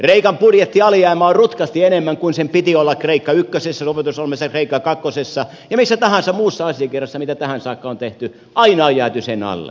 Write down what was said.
kreikan budjettialijäämä on rutkasti enemmän kuin sen piti olla kreikka ykkösessä sopeutusohjelmassa ja kreikka kakkosessa ja missä tahansa muussa asiakirjassa mitä tähän saakka on tehty aina on jääty sen alle